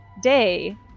day